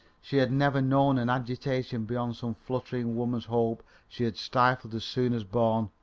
she had never known an agitation beyond some fluttering woman's hope she had stifled as soon as born,